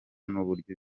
n’uburyo